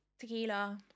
Tequila